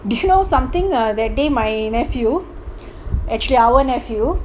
did you know something that day my nephew actually our nephew